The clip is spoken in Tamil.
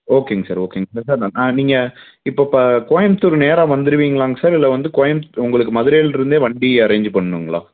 ஓகேங்க சார் ஓகேங்க சார் சார் நீங்கள் இப்போ இப்போ ப கோயமுத்தூர் நேராக வந்துருவீங்களாங்க சார் இல்லை வந்து கோயமுத்தூர் உங்களுக்கு மதுரையிலருந்தே வண்டி அரேஞ்ச் பண்ணுங்களா